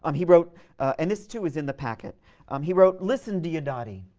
um he wrote and this too is in the packet he wrote listen, diodati,